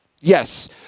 yes